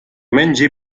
mengi